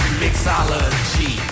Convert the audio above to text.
mixology